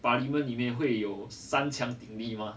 parliament 里面会有三强鼎立吗